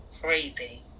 Crazy